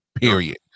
period